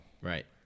Right